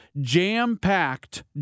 Jam-packed